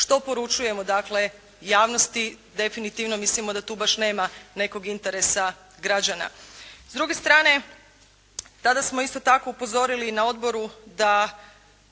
što poručujemo dakle javnosti. Definitivno mislimo da tu baš nema nekog interesa građana. S druge strane, tada smo isto tako upozorili i na odboru da